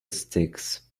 sticks